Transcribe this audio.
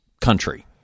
Country